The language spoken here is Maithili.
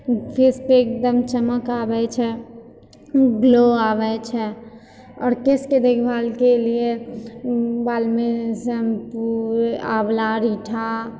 फेस पे एकदम चमक आबय छै ग्लो आबय छै आओर केशके देखभालके लिए बालमे शैम्पू आँवला रीठा